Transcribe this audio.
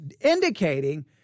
indicating